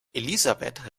elisabeth